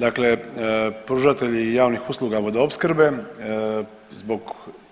Dakle pružatelji javnih usluga vodoopskrbe zbog